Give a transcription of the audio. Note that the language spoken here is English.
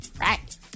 Right